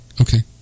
okay